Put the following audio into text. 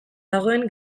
dagoen